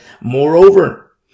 Moreover